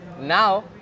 now